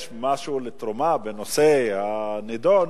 יש תרומה בנושא הנדון,